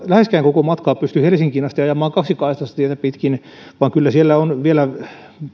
läheskään koko matkaa pysty helsinkiin asti ajamaan kaksikaistaista tietä pitkin vaan kyllä siellä on vielä